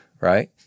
right